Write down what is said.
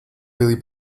really